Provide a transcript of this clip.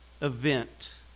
event